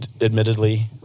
admittedly